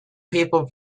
people